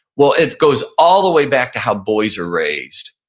well, it goes all the way back to how boys are raised.